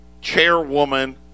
Chairwoman